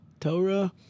Torah